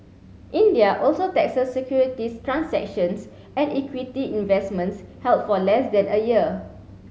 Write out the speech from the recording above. India also taxes securities transactions and equity investments held for less than a year